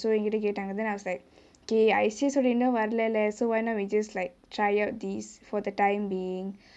so என்கிட்டே கேட்டாங்கே:enkitae ketaangae then I was like okay I_C_S ஓட இன்னும் வர்லே:ode innum varalae so why not we just like try out these for the time being